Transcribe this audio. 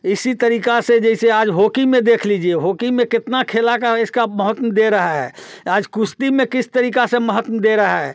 इसी तरीक़े से जैसे आज होकी में देख लीजिए होकी में कितना खेल का है इसका बहुत दे रहा है आज कुश्ती में किस तरीक़े से महत्व दे रहा है